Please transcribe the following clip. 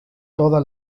toda